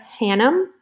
Hannum